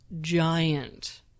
giant